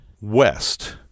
West